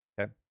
okay